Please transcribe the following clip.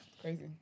crazy